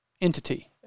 entity